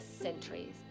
centuries